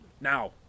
Now